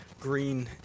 green